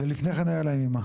ולפני כן היה להם ממה.